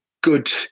good